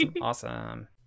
awesome